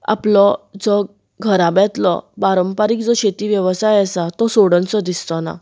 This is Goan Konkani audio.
आपलो जो घराब्यांतलो पारंपारीक जो शेती वेवसाय आसा तो सोडन सो दिसचो ना